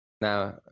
Now